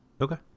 Okay